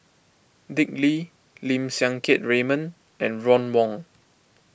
Dick Lee Lim Siang Keat Raymond and Ron Wong